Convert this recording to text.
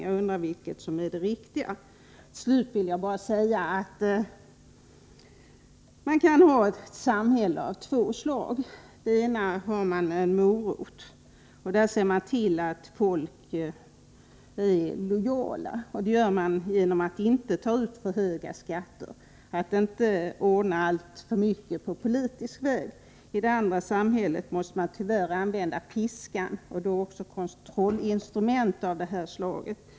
Jag undrar vad som gäller i detta sammanhang. Till slut vill jag bara säga att man kan inrätta ett samhälle på två sätt. Å ena sidan kan man använda moroten: genom att inte ta upp för höga skatter och genom att inte ordna alltför mycket på politisk väg ser man till att människor blir lojala. Å andra sidan kan man känna sig tvungen att använda piskan, t.ex. i form av kontrollinstrument av det aktuella slaget.